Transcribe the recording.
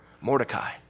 Mordecai